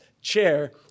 chair